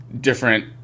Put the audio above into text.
different